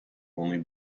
only